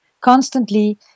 constantly